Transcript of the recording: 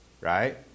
Right